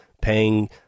paying